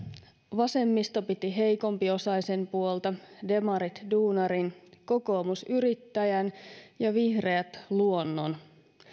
vasemmisto piti heikompiosaisen puolta demarit duunarin kokoomus yrittäjän ja vihreät luonnon